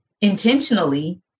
intentionally